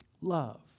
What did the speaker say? love